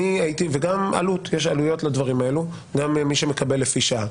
ויש לדברים האלה גם עלויות, למי שמקבל לפי שעה.